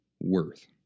worth